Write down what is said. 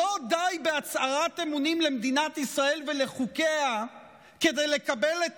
שלא די בהצהרת אמונים למדינת ישראל ולחוקיה כדי לקבל את